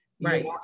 Right